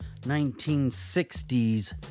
1960s